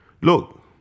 look